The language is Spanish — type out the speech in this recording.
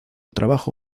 trabajo